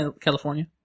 California